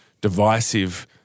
divisive